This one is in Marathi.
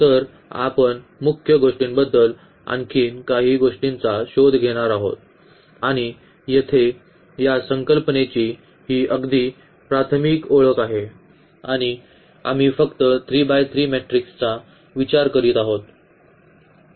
तर आपण मुख्य गोष्टींबद्दल आणखीन काही गोष्टींचा शोध घेणार आहोत आणि येथे या संकल्पनेची ही अगदी प्राथमिक ओळख आहे आणि आम्ही फक्त 3 बाय 3 मॅट्रिक्सचा विचार करीत आहोत